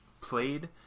played